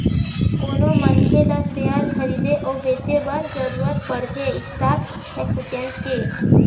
कोनो मनखे ल सेयर खरीदे अउ बेंचे बर जरुरत पड़थे स्टाक एक्सचेंज के